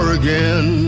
again